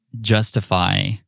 justify